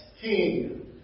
king